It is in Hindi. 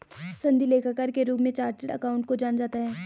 सनदी लेखाकार के रूप में चार्टेड अकाउंटेंट को जाना जाता है